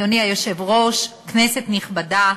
אדוני היושב-ראש, כנסת נכבדה,